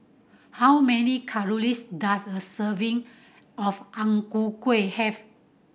how many calories does a serving of Ang Ku Kueh have